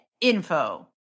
Info